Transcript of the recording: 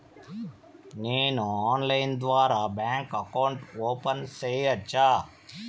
నేను ఆన్లైన్ ద్వారా bank account open సేయొచ్చా?